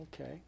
okay